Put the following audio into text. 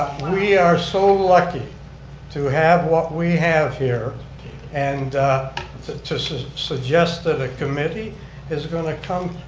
we are so lucky to have what we have here and to suggest that a committee is going to come.